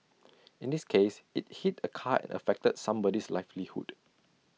in this case IT hit A car and affected somebody's livelihood